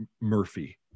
Murphy